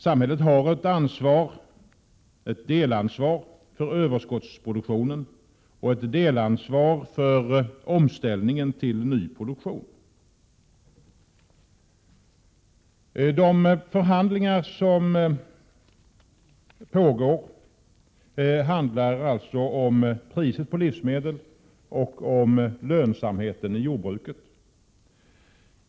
Samhället har ett delansvar för överskottsproduktionen och ett delansvar för omställningen till ny produktion. De förhandlingar som pågår handlar om priserna på livsmedel och lönsamheten i jordbruket.